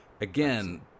again